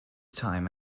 time